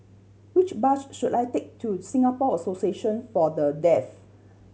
which bus should I take to Singapore Association For The Deaf